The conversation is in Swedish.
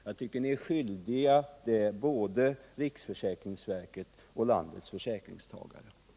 Jag tycker att ni är skyldiga både riksförsäkringsverket och landets försäkringstagare detta.